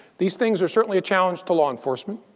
these things are certainly a challenge to law enforcement.